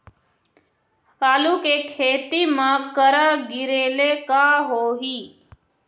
आलू के खेती म करा गिरेले का होही?